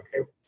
okay